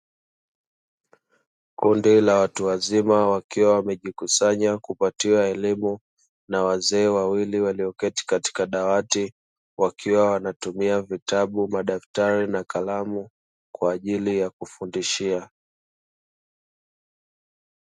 Kundi la watu wazima wakiwa wamejikusanya kupatiwa elimu na wazee wawili walioketi katika dawati wakiwa wanatumia vitabu, madaftari na kalamu kwa ajili ya kufundishia.